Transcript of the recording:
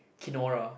Kenora